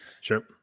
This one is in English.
Sure